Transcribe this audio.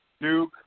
Duke